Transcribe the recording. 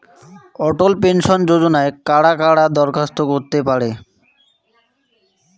অটল pension যোজনায় কারা কারা দরখাস্ত করতে পারে?